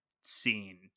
scene